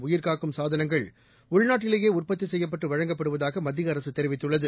உயிர்காக்கும் சாதனங்கள் உள்நாட்டிலேயே உற்பத்தி செய்யப்பட்டு வழங்கப்படுவதாக மத்திய அரசு தெரிவித்துள்ளது